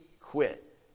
quit